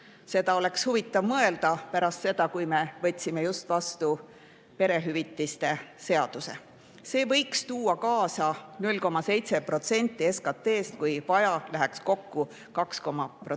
Seda on huvitav mõelda pärast seda, kui me võtsime just vastu perehüvitiste seaduse. See võiks tuua kaasa 0,7% SKT‑st, kuigi vaja läheks kokku 2,0%